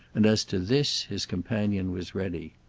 and as to this his companion was ready.